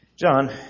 John